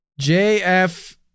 JF